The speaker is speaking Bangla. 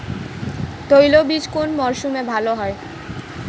তৈলবীজ কোন মরশুমে ভাল হয়?